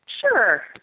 Sure